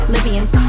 Libyans